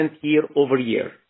year-over-year